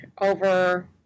over